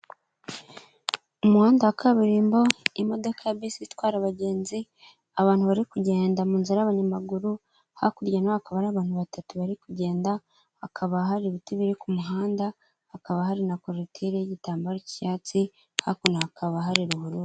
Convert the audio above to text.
Umuhanda wa kaburimbo, imodoka ya bisi itwara abagenzi, abantu bari kugenda mu nzira y'abanyamaguru, hakurya naho hakaba hari abantu batatu bari kugenda, hakaba hari ibiti biri ku muhanda, hakaba hari na korotire y'igitambaro cy'icyatsi, hakuno hakaba hari ruhurura.